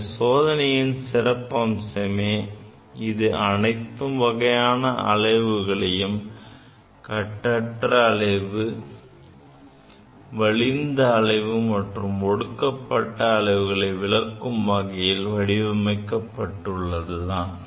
இந்த சோதனையில் சிறப்பம்சமே இது அனைத்து வகையான அலைவுகளையும் கட்டற்ற அலைவு வலிந்த அலைவு மற்றும் ஒடுக்கப்பட்ட அலைவுகளை விளக்கும் வகையில் வடிவமைக்கப்பட்டுள்ளது தான்